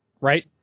Right